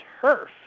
turf